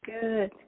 good